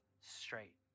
straight